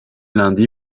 lundi